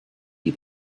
die